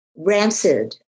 rancid